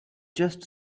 just